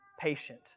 patient